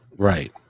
Right